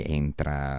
entra